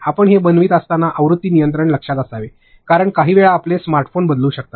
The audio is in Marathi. आपण हे बनवित असताना आवृत्ती नियंत्रण लक्षात असावे कारण काहीवेळा आपले स्मार्टफोन बदलू शकतात